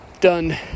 done